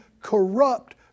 corrupt